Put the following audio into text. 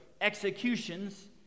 executions